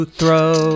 throw